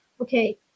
okay